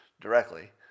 directly